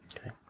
Okay